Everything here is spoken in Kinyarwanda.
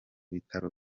bitaro